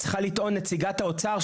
צריכה לטעון נציגת האוצר,